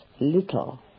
little